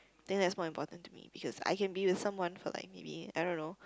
then that's more important to me because I can be with someone for like maybe I don't know